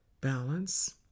balance